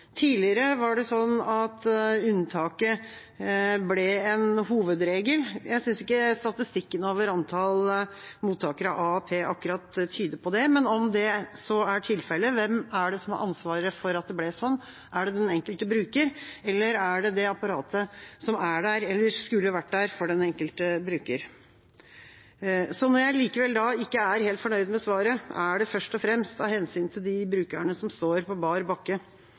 Tidligere var det slik at unntaket ble en hovedregel. Jeg synes ikke statistikken over antall mottakere av AAP akkurat tyder på det, men om så er tilfellet: Hvem er det som har ansvaret for at det ble slik – er det den enkelte bruker, eller er det det apparatet som er der, eller som skulle vært der, for den enkelte bruker? Når jeg likevel ikke er helt fornøyd med svaret, er det først og fremst av hensyn til de brukerne som står på bar bakke.